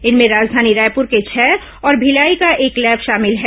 इनमें राजधानी रायपुर के छह और भिलाई का एक लैब शामिल है